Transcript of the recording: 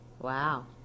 Wow